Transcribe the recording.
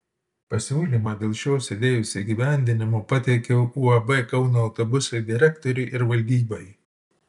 pasiūlymą dėl šios idėjos įgyvendinimo pateikiau uab kauno autobusai direktoriui ir valdybai